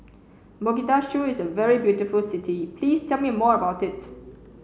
Mogadishu is a very beautiful city please tell me more about it